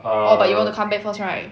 oh but you want to come back first right